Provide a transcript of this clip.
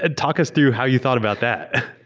and talk us through how you thought about that.